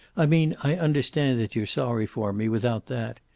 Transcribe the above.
i mean, i understand that you're sorry for me, without that.